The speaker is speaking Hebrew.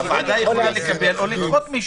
הוועדה יכולה לקבל או לדחות מישהו.